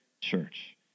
church